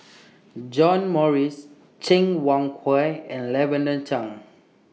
John Morrice Cheng Wai Keung and Lavender Chang